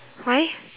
why